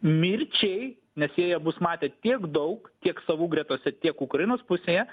mirčiai nes jie ją bus matę tiek daug tiek savų gretose tiek ukrainos pusėje